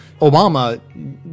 Obama